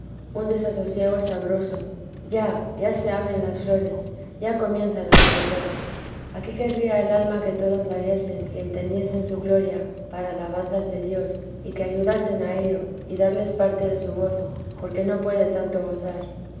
un desasosiego sabroso ya ya se abren las flores ya comienzan a dar olor aquí querría el alma que todos la viesen y entendiesen su gloria para alabanzas de dios y que ayudasen a ello y darles parte de su gozo porque no puede tanto gozar